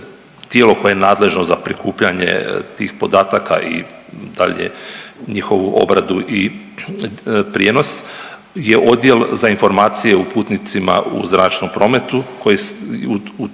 tijelo koje je nadležno za prikupljanje tih podataka i dalje njihovu obradu i prijenos je odjel za informacije o putnicima u zračnom prometu koji u